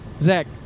Zach